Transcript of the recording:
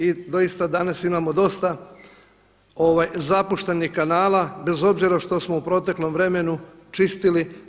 I doista danas imamo dosta zapuštenih kanala bez obzira što smo u proteklom vremenu čistili.